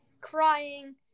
crying